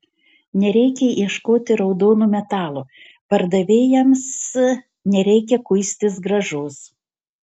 nereikia ieškoti raudono metalo pardavėjams nereikia kuistis grąžos